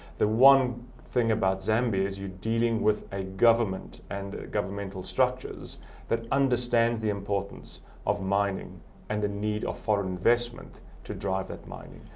the one thing about zambia is you're dealing with a government and governmental structures that understands the importance of mining and the need of foreign investment to drive that mining.